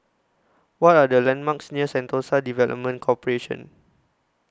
What Are The landmarks near Sentosa Development Corporation